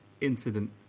incident